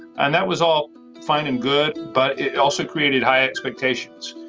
and that was all fine and good. but it also created high expectations.